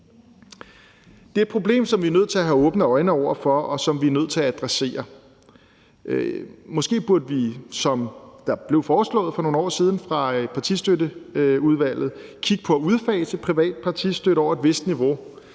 Det er et problem, som vi er nødt til at have åbne øjne over for, og som vi er nødt til at adressere. Måske burde vi, som der blev foreslået for nogle år siden fra Partistøtteudvalgets side, kigge på at udfase privat partistøtte over et vist niveau